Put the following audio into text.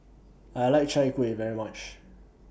I like Chai Kueh very much